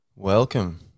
Welcome